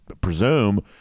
presume